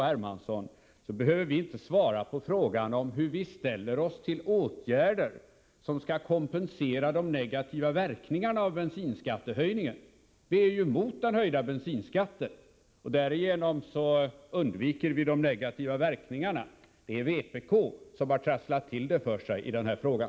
Hermansson, behöver vi inte svara på frågan hur vi ställer oss till åtgärder som skall kompensera de negativa verkningarna av bensinskattehöjningen. Vi är ju emot den höjda bensinskatten. Därigenom undviker vi de negativa verkningarna. Det är vpk som har trasslat till det för sig i den här frågan.